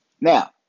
Now